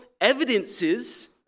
evidences